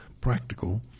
practical